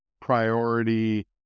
priority